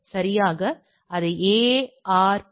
சரியாக ARP செய்கிறது